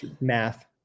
math